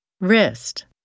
Wrist